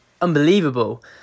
unbelievable